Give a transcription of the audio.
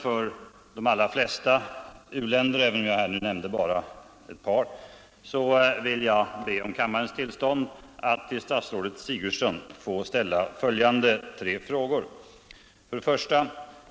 Under hänvisning till vad som här anförts hemställer jag om kammarens Onsdagen den 16 oktober 1974 vanden att få till stånd de nödvändiga och av FN:s extra generalförsamling tillstånd att till fru statsrådet Sigurdsen få ställa följande frågor: 1.